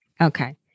Okay